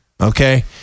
Okay